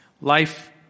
Life